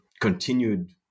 continued